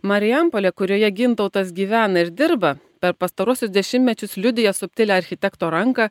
marijampolė kurioje gintautas gyvena ir dirba per pastaruosius dešimtmečius liudija subtilią architekto ranką